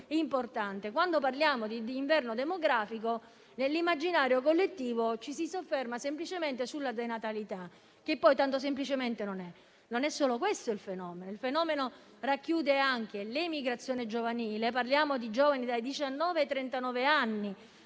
Quando parliamo di inverno demografico, nell'immaginario collettivo ci si sofferma semplicemente sulla denatalità, che poi tanto semplice non è. Ma il fenomeno non è solo questo. Il fenomeno racchiude anche l'emigrazione giovanile. Parliamo di giovani dai diciannove